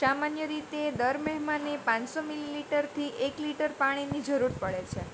સામન્ય રીતે દર મહેમાને પાંચસો મિલિલિટરથી એક લિટર પાણીની જરૂર પડે છે